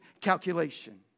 calculation